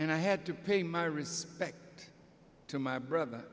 and i had to pay my respect to my brother